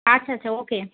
আচ্ছা আচ্ছা ও কে